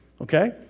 okay